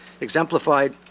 exemplified